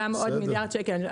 גם עוד מיליארד שקלים.